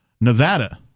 Nevada